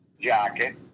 jacket